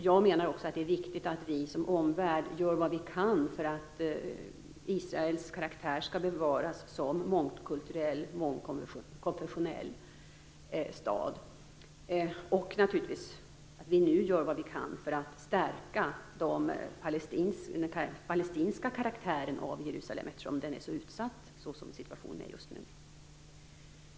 Jag menar också att det är viktigt att vi som omvärld gör vad vi kan för att Jerusalems karaktär som mångkulturell och mångkonfessionell stad skall bevaras och att vi gör vad vi kan för att stärka den palestinska karaktären av Jerusalem, eftersom staden är så utsatt då situation är som den är just nu.